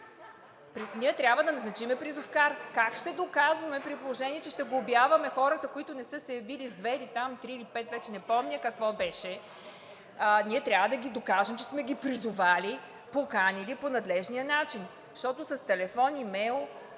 Ние трябва да назначим призовкар. Как ще доказваме, при положение че ще глобяваме хората, които не са се явили, с две, три или пет – вече не помня какво беше…? Ние трябва да докажем, че сме ги призовали, поканили по надлежния начин, защото с телефон и имейл…?!